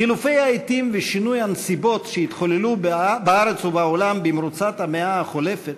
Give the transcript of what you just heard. חילופי העתים ושינויי הנסיבות שהתחוללו בארץ ובעולם במרוצת המאה החולפת